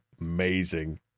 amazing